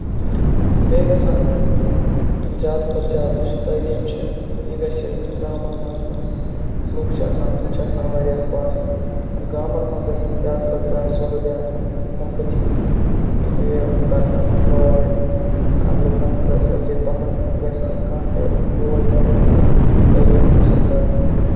بیٚیہِ گژھن زیادٕ کھۄتہٕ زیادٕ یُس تعلیٖم چھِ یہِ گژھِ گامَن منٛز یِم لُکھ چھِ آسان تِم چھِ آسان واریاہ پَس گامَن منٛز گژھن زیادٕ کھۄتہٕ زیادٕ سہوٗلیت مُفُت یِنۍ یِم کرنہِ پرووَیڈ لُکن خٲطرٕ کہِ تِمَن گژھہِ نہٕ کانٛہہ تہِ بوج بَنِنہٕ یہِ تعلیٖم حٲصِل کَرٕنۍ